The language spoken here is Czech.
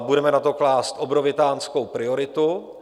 Budeme na to klást obrovitánskou prioritu.